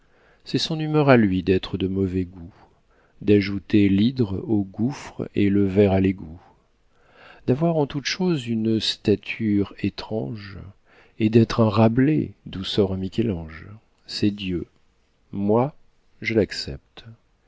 c'est son humeur à lui d'être de mauvais goût d'ajouter l'hydre au gouffre et le ver à l'égout d'avoir en toute chose une stature étrange et d'être un rabelais d'où sort un michel-ange c'est dieu moi je l'accepte